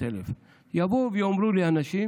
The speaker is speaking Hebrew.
יבואו ויאמרו לי אנשים: